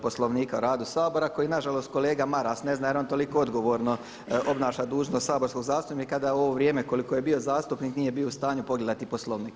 Poslovnika o radu Sabora koji nažalost kolega Maras ne zna jer on toliko odgovorno obnaša dužnost saborskog zastupnika da u ovo vrijeme koliko je bio zastupnik nije bio u stanju pogledati Poslovnik.